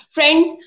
Friends